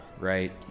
right